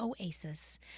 oasis